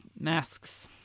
masks